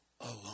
alone